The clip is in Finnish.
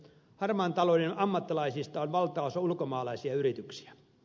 harmaan talouden ammattilaisista on valtaosa ulkomaalaisia yrityksiä